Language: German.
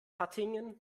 hattingen